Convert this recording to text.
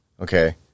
Okay